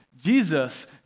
Jesus